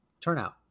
turnout